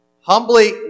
Humbly